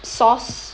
source